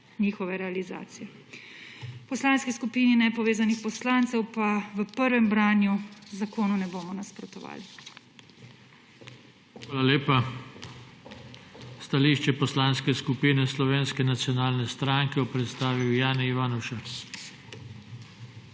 njihove realizacije. V Poslanski skupini nepovezanih poslancev pa v prvem branju zakonu ne bomo nasprotovali. PODPREDSEDNIK JOŽE TANKO: Hvala lepa. Stališče Poslanske skupine Slovenske nacionalne stranke bo predstavil Jani Ivanuša.